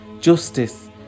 justice